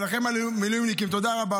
לכם, המילואימניקים, תודה רבה.